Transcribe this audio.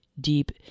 deep